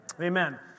Amen